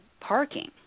parking